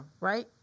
Right